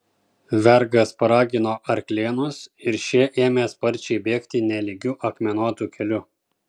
vergas paragino arklėnus ir šie ėmė sparčiai bėgti nelygiu akmenuotu keliu